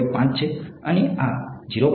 5 છે આ 0